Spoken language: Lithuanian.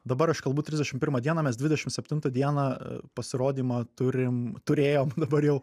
dabar aš kalbu trisdešim pirmą dieną mes dvidešim septintą dieną pasirodymą turim turėjom dabar jau